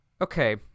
Okay